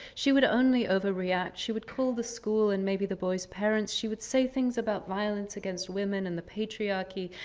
she would only overreact. she would call the school, and maybe the boy's parents. she would say things about violence against women and the patriarchy,